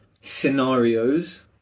scenarios